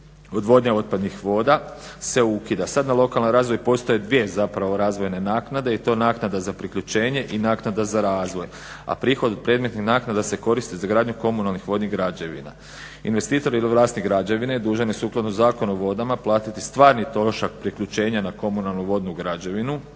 odvodnje otpadnih voda, se ukida. Sad na lokalnoj razini postoje dvije razvojne naknade i to naknada za priključenje i naknada za razvoj. A prihod od predmetnih naknada se koristi za gradnju komunalnih vodnih građevina. Investitori ili vlasnik građevine dužan je sukladno Zakon o vodama platiti stvarni trošak priključenja na komunalnu vodnu građevinu,